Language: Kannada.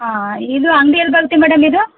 ಆಂ ಇದು ಅಂಗಡಿ ಎಲ್ಲಿ ಬರುತ್ತೆ ಮೇಡಮ್ ಇದು